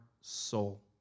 soul